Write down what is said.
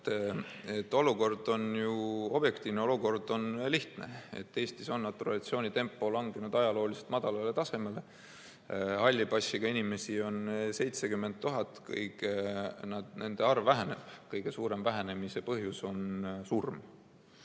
Olukord on ju objektiivne, olukord on lihtne. Eestis on naturalisatsiooni tempo langenud ajalooliselt madalale tasemele. Halli passiga inimesi on 70 000, nende arv väheneb ja kõige suurem vähenemise põhjus on surm.